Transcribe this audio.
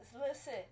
Listen